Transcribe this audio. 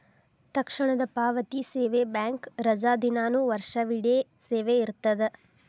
ತಕ್ಷಣದ ಪಾವತಿ ಸೇವೆ ಬ್ಯಾಂಕ್ ರಜಾದಿನಾನು ವರ್ಷವಿಡೇ ಸೇವೆ ಇರ್ತದ